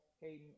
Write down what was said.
Hayden